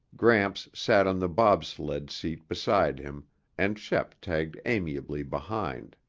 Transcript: gramps sat on the bobsled seat beside him and shep tagged amiably behind.